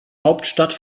hauptstadt